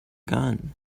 gun